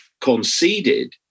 conceded